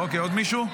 אוקיי, עוד מישהו?